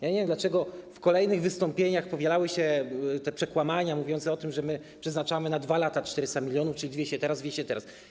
Ja nie wiem, dlaczego w kolejnych wystąpieniach powielały się te przekłamania mówiące o tym, że my przeznaczamy na 2 lata 400 mln, czyli 200 teraz, 200 teraz.